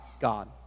God